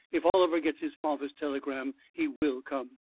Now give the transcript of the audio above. if oliver gets his father's telegram he will come.